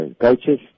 coaches